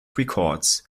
records